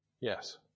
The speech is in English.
yes